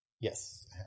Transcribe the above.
Yes